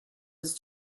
was